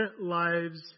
lives